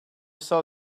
saw